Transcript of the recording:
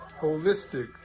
holistic